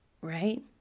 right